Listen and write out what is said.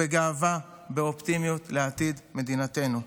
בגאווה ובאופטימיות לעתיד מדינתנו.